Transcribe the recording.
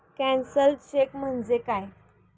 Cancelled cheque म्हणजे काय?